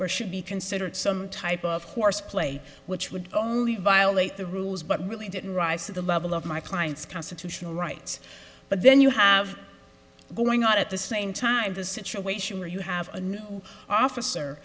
or should be considered some type of horse play which would only violate the rules but really didn't rise to the level of my client's constitutional rights but then you have going on at the same time the situation where you have a new officer